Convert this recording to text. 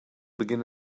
begin